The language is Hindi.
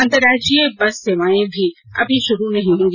अंतर्राज्यीय बस सेवाएं भी अभी शुरू नहीं होंगी